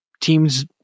teams